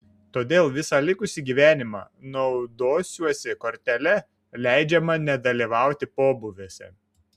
todėl visą likusį gyvenimą naudosiuosi kortele leidžiama nedalyvauti pobūviuose